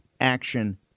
action